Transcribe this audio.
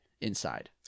inside